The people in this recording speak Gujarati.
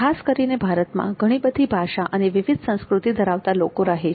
ખાસ કરીને ભારતમાં ઘણી બધી ભાષા અને વિવિધ સંસ્કૃતિ ધરાવતા લોકો રહે છે